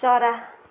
चरा